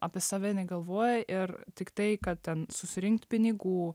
apie save negalvoja ir tiktai kad ten susirinkt pinigų